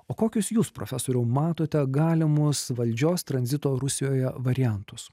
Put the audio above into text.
o kokius jūs profesoriau matote galimus valdžios tranzito rusijoje variantus